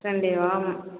கண்டிப்பாக மேம்